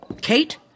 Kate